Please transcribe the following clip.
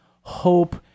Hope